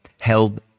held